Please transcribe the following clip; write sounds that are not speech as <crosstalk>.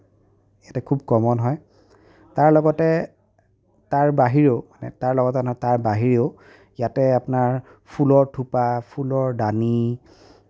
এইটো খুব কমন হয় তাৰ লগতে তাৰ বাহিৰেও <unintelligible> তাৰ লগতে নহয় তাৰ বাহিৰেও ইয়াতে আপোনাৰ ফুলৰ থোপা ফুলৰ দানি